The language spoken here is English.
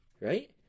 right